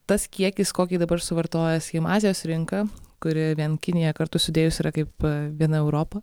tas kiekis kokį dabar suvartoja sakykim azijos rinka kuri vien kiniją kartu sudėjus yra kaip viena europa